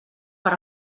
per